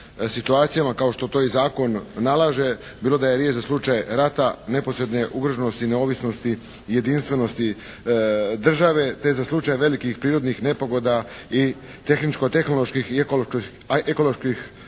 situacijama kao što to i zakon nalaže bilo da je riječ za slučaj rata, neposredne ugroženosti i neovisnosti i jedinstvenosti države te za slučaj velikih prirodnih nepogoda i tehničko-tehnoloških i ekoloških